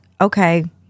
okay